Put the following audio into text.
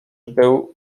był